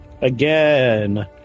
again